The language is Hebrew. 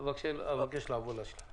אני מבקש לעבור לנושא השני.